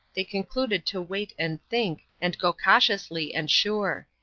they concluded to wait and think, and go cautiously and sure.